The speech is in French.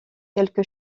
quelque